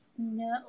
No